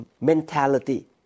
mentality